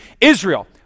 Israel